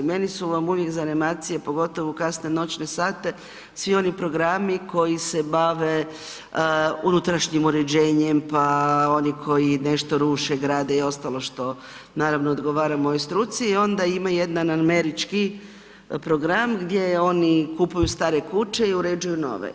Meni su zanimacije pogotovo u kasne noćne sate, svi oni programi koji se bave unutrašnjim uređenjem pa oni koji nešto ruše, grade i ostalo što naravno, odgovara mojoj struci i onda ima jedan američki program gdje oni kupuju stare kuće i uređuju nove.